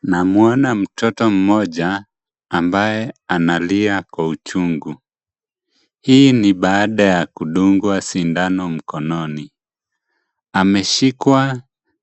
Tunamwona mtoto mmoja ambaye analia kwa uchungu. Hii ni baada ya kudungwa sindano mkononi. Ameshikwa